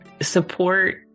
Support